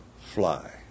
fly